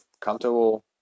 comfortable